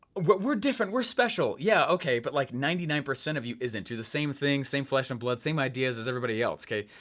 we're different, we're special. yeah, okay, but like ninety nine percent of you is into the same thing, same flesh and blood, same ideas as everybody else, okay?